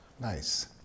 Nice